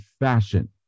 fashion